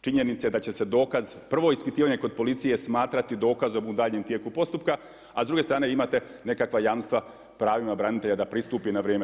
činjenice da će se dokaz prvo ispitivanje kod policije smatrati dokazom u daljnjem tijeku postupka, a s druge strane imate nekakva jamstva o pravima branitelja da pristupi na vrijeme.